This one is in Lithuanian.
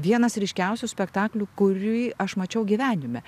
vienas ryškiausių spektaklių kurį aš mačiau gyvenime